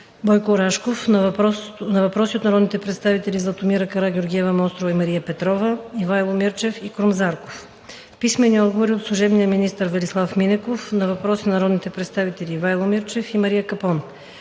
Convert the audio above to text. Бойко Рашков на въпроси от народните представители Златомира Карагеоргиева-Мострова и Мария Петрова; Ивайло Мирчев и Крум Зарков; - служебния министър Велислав Минеков на въпроси от народните представители Ивайло Мирчев и Мария Капон;